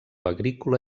agrícola